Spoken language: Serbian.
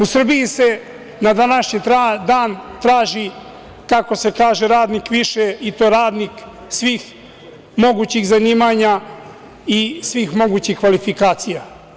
U Srbiji se na današnji dan traži, kako se kaže, radnik više, i to radnik svih mogućih zanimanja i svih mogućih kvalifikacija.